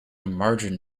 margin